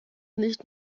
nicht